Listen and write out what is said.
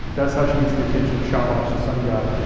that's how she gets the attention of shamash, the sun god,